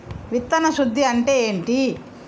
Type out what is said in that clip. విత్తన శుద్ధి అంటే ఏంటి?